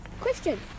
question